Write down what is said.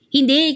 Hindi